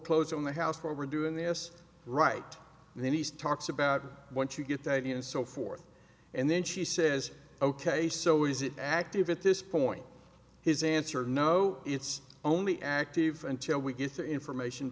on the house floor we're doing this right and then he's talks about once you get the idea and so forth and then she says ok so is it active at this point his answer no it's only active until we get the information